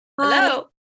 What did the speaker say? Hello